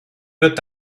wird